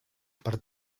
per